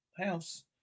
house